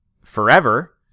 Forever